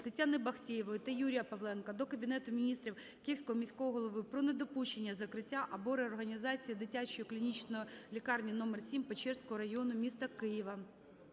Тетяни Бахтеєвої та Юрія Павленка до Кабінету Міністрів, Київського міського голови про недопущення закриття або реорганізації Дитячої клінічної лікарні №7 Печерського району міста Києва.